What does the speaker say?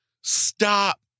Stop